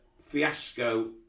fiasco